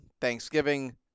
Thanksgiving